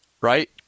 right